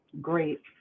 great